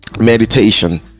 meditation